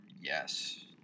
Yes